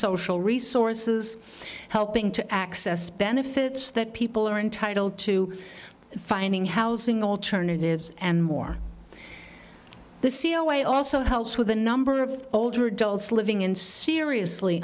social resources helping to access benefits that people are entitled to finding housing alternatives and more the c e o it also helps with a number of older adults living in seriously